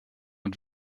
und